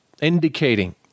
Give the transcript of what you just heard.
indicating